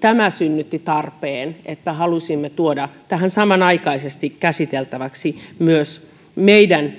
tämä synnytti tarpeen että halusimme tuoda tähän samanaikaisesti käsiteltäväksi myös meidän